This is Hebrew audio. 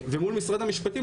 מול משרד המשפטים,